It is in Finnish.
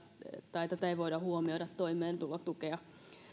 ei voida huomioida toimeentulotukea